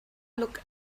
look